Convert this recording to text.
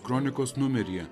kronikos numeryje